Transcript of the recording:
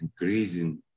increasing